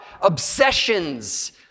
obsessions